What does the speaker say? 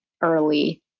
early